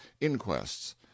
inquests